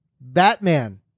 Batman